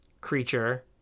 creature